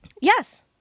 Yes